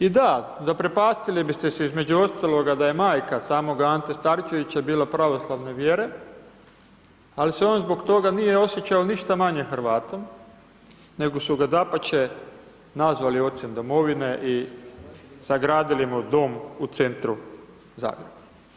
I da, zaprepastili bi se između ostaloga da je majka samoga Ante Starčevića bila pravoslavne vjere, ali se on zbog toga nije osjećao ništa manje Hrvatom, nego su ga dapače, nazvali ocem domovine i sagradili mu dom u centru Zagreba.